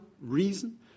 reason